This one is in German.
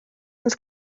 ins